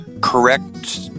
correct